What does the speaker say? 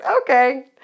Okay